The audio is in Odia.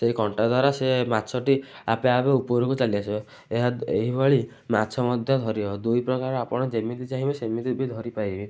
ସେଇ କଣ୍ଟା ଦ୍ଵାରା ସେ ମାଛଟି ଆପେ ଆପେ ଉପରକୁ ଚାଲି ଆସିବ ଏହା ଏହିଭଳି ମାଛ ମଧ୍ୟ ଧରିବ ଦୁଇ ପ୍ରକାର ଆପଣ ଯେମିତି ଚାହିଁବେ ସେମିତି ବି ଧରିପାରିବେ